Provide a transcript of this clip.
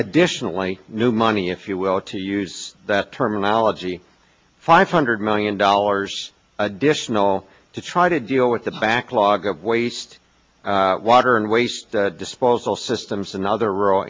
additionally new money if you will to use that terminology five hundred million dollars additional to try to deal with the backlog of waste water and waste disposal systems and other rural